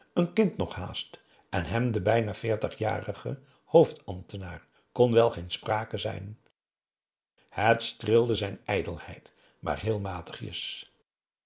n kind nog haast en hem den bijna veertigjaren hoofdambtenaar kon wel geen sprake zijn het streelde zijn ijdelheid maar heel matigjes